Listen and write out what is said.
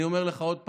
אני אומר לך עוד פעם: